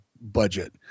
budget